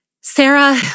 Sarah